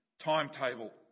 timetable